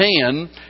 ten